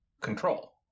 control